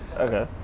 Okay